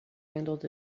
handled